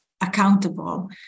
accountable